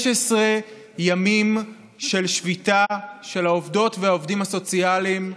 15 ימים של שביתה של העובדות והעובדים הסוציאליים,